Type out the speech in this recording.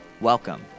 Welcome